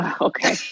Okay